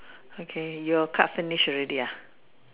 okay your card finish already ah